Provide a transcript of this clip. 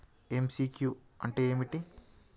MCQ అంటే ఏమిటి?